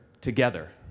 together